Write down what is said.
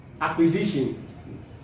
acquisition